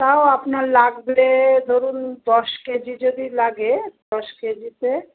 তাও আপনার লাগবে ধরুন দশ কেজি যদি লাগে দশ কেজিতে